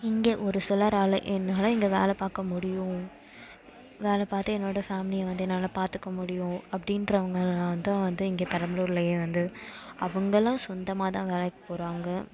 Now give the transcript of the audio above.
இங்கே ஒரு சிலரால் என்னால் இங்கே வேலை பார்க்க முடியும் வேலை பார்த்தே என்னோடய ஃபேமிலியை வந்து என்னால் பார்த்துக்க முடியும் அப்படின்றவுங்களாம் தான் வந்து இங்கே பெரம்பலூர்லையே வந்து அவங்களாம் சொந்தமாக தான் வேலைக்கு போகிறாங்க